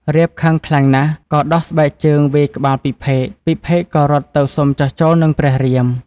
រាពណ៌ខឹងខ្លាំងណាស់ ក៏ដោះស្បែកជើងវាយក្បាលពិភេក ពិភេកក៏រត់ទៅសុំចុះចូលនឹងព្រះរាម។